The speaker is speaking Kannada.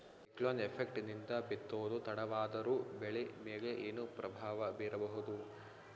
ಸೈಕ್ಲೋನ್ ಎಫೆಕ್ಟ್ ನಿಂದ ಬಿತ್ತೋದು ತಡವಾದರೂ ಬೆಳಿ ಮೇಲೆ ಏನು ಪ್ರಭಾವ ಬೀರಬಹುದು?